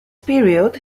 period